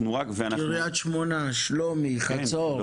קריית שמונה, שלומי, חצור?